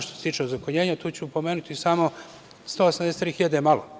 Što se tiče ozakonjenja, tu ću pomenuti samo, 183.000 je malo?